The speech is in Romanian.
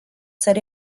țări